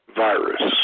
virus